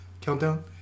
Countdown